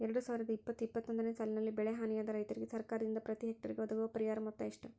ಎರಡು ಸಾವಿರದ ಇಪ್ಪತ್ತು ಇಪ್ಪತ್ತೊಂದನೆ ಸಾಲಿನಲ್ಲಿ ಬೆಳೆ ಹಾನಿಯಾದ ರೈತರಿಗೆ ಸರ್ಕಾರದಿಂದ ಪ್ರತಿ ಹೆಕ್ಟರ್ ಗೆ ಒದಗುವ ಪರಿಹಾರ ಮೊತ್ತ ಎಷ್ಟು?